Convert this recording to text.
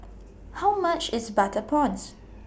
How much IS Butter Prawns